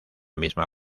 misma